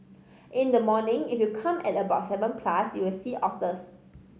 in the morning if you come at about seven plus you'll see otters